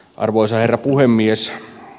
arvoisa herra puhemies